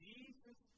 Jesus